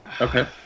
Okay